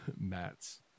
mats